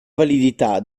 validità